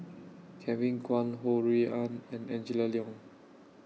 Kevin Kwan Ho Rui An and Angela Liong